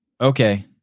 okay